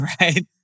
right